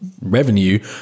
revenue